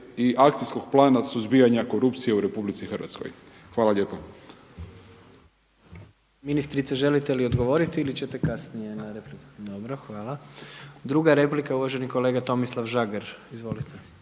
i akcijskog plana suzbijanja korupcije u RH. Hvala lijepa. **Jandroković, Gordan (HDZ)** Ministrice želite li odgovoriti ili ćete kasnije na repliku? Dobro, hvala. Druga replika je uvaženi kolega Tomislav Žagar. Izvolite.